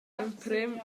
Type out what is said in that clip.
emprem